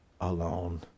alone